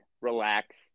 relax